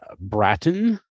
Bratton